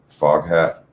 Foghat